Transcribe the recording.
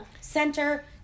center